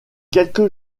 quelques